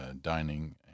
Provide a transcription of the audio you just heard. dining